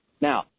Now